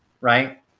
right